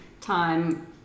time